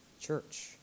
church